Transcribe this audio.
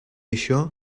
això